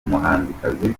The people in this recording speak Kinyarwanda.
umuhanzikazi